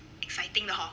fighting 的 hor